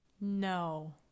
No